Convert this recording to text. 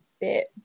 bit